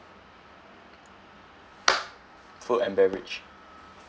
food and beverage